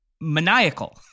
maniacal